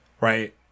right